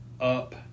Up